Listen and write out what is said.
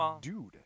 Dude